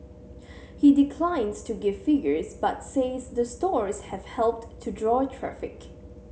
he declines to give figures but says the stores have helped to draw traffic